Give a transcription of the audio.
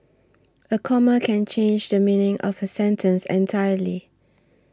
a comma can change the meaning of a sentence entirely